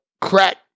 crack